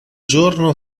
giorno